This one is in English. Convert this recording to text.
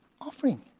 offering